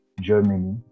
Germany